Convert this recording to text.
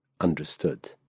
understood